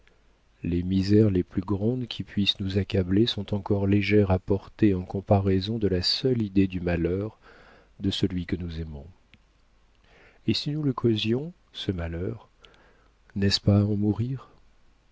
les misères les plus grandes qui puissent nous accabler sont encore légères à porter en comparaison de la seule idée du malheur de celui que nous aimons et si nous le causions ce malheur n'est-ce pas à en mourir